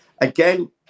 again